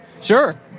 sure